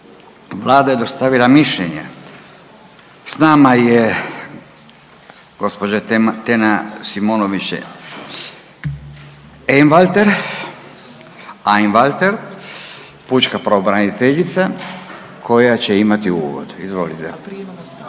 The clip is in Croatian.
Vlada je dostavila mišljenje. S nama je gđa. Tena Šimonović Einwalter, pučka pravobraniteljica koja će imati uvod, izvolite. …/Upadica se